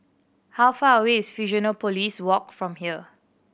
how far away is Fusionopolis Walk from here